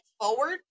forward